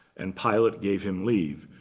and pilate gave him leave.